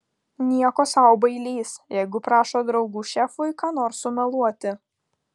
nieko sau bailys jeigu prašo draugų šefui ką nors sumeluoti